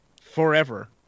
forever